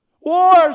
Wars